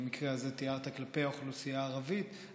במקרה הזה תיארת כלפי האוכלוסייה הערבית,